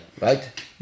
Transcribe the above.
right